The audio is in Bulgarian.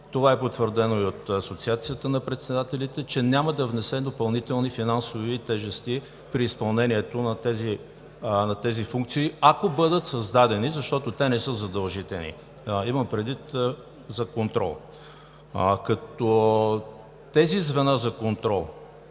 в Сдружението, от Асоциацията на председателите, че няма да внесе допълнителни финансови тежести при изпълнението на тези функции, ако бъдат създадени, защото те не са задължителни. Имам предвид за контрол. Тези звена за контрол